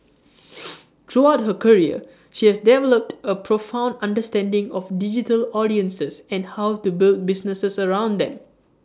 throughout her career she has developed A profound understanding of digital audiences and how to build businesses around them